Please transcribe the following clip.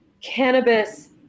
cannabis